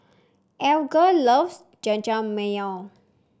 Alger loves Jajangmyeon